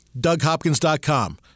DougHopkins.com